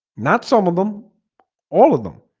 not some of them all of them